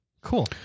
Cool